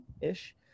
ish